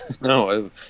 No